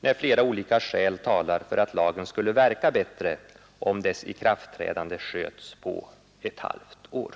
när flera olika skäl talar för att lagen skulle verka bättre, om dess ikraftträdande sköts på ett halvt år.